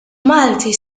malti